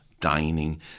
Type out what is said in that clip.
dining